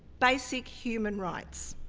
basic human rights.